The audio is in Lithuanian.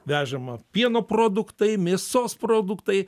vežama pieno produktai mėsos produktai